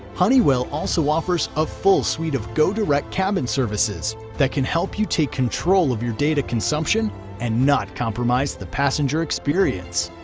honeywell also offers a full suite of godirect cabin services that can help you take control of your data consumption and not compromise the passenger experience.